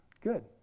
Good